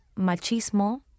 machismo